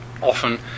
often